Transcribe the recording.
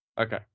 Okay